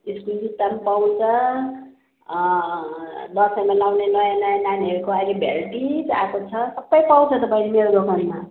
त्यसको जुत्ता पाउँछ दसैँमा लगाउने नयाँ नयाँ नानीहरूको अहिले भेराइटिज आएको छ सबै पाउँछ त बहिनी मेरो दोकानमा